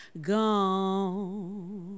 gone